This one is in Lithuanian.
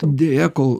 deja kol